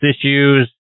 issues